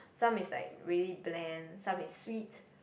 some is like really bland some is sweet